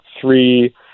three